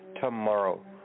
tomorrow